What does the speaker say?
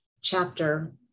chapter